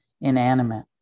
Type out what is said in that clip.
inanimate